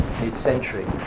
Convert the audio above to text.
mid-century